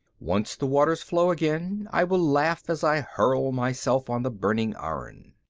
once the waters flow again, i will laugh as i hurl myself on the burning iron.